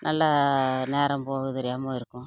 நல்லா நேரம் போகிறது தெரியாமல் இருக்கும்